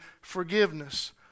forgiveness